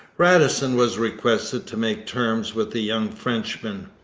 radisson was requested to make terms with the young frenchman,